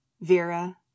Vera